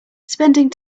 spending